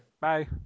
Bye